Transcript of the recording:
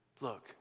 look